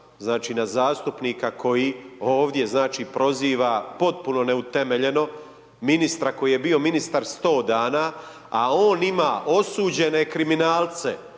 znači na zastupnika koji ovdje znači proziva potpuno neutemeljeno ministra koji je bio ministar 100 dana a on ima osuđene kriminalce